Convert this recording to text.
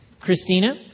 Christina